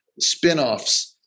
spinoffs